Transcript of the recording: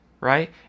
Right